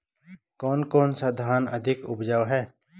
कौन सा धान अधिक उपजाऊ है?